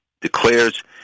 declares